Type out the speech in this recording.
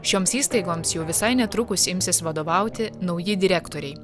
šioms įstaigoms jau visai netrukus imsis vadovauti nauji direktoriai